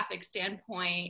standpoint